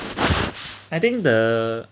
I think the